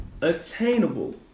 attainable